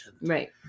Right